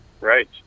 Right